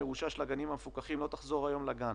המרושע של הגנים המפוקחים לא תחזור היום לגן.